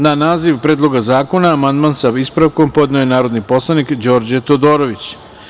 Na naziv Predloga zakona amandman, sa ispravkom, podneo je narodni poslanik Đorđe Todorović.